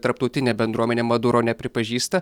tarptautinė bendruomenė maduro nepripažįsta